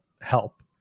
help